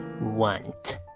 want